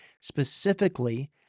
Specifically